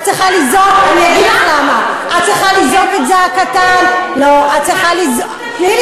את צריכה לזעוק, למה?